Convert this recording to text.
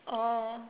oh